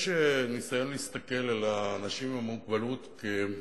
יש ניסיון להסתכל על האנשים עם המוגבלות כעל